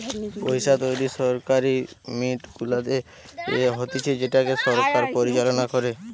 পইসা তৈরী সরকারি মিন্ট গুলাতে করা হতিছে যেটাকে সরকার পরিচালনা করে